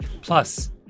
plus